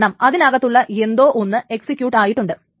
കാരണം അതിനകത്തുള്ള എന്തോ ഒന്ന് എക്സ്സിക്യൂട്ട് ആയിട്ടുണ്ട്